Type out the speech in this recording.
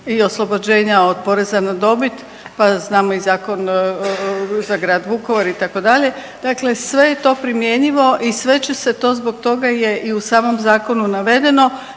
i oslobođenja od poreza na dobit, pa znamo i Zakon za grad Vukovar, itd., dakle sve je to primjenjivo i sve će se to, zbog toga je i u samom zakonu navedeno